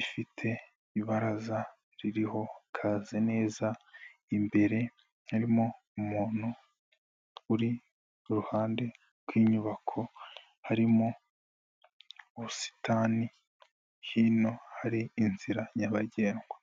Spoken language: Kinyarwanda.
ifite ibaraza ririho kaze neza imbere haririmo umuntu uri iruhande rw'inyubako hari mo ubusitani hino hari inzira nyabagendwa.